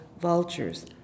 vultures